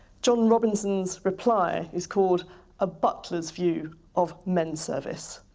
john robinson's reply is called a butler's view of men service.